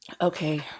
okay